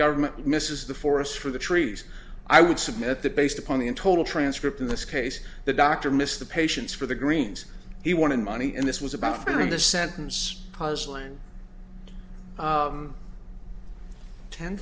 government misses the forest for the trees i would submit that based upon the in total transcript in this case the doctor missed the patients for the greens he wanted money in this was about finding the sentence puzzling